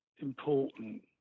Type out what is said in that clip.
important